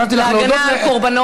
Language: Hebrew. נתתי לך להודות, להגנה על קורבנות.